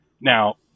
now